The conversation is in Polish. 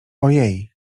ojej